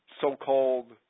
so-called